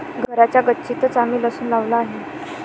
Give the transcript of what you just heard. घराच्या गच्चीतंच आम्ही लसूण लावला आहे